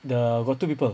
the got two people